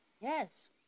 Yes